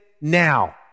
now